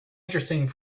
interesting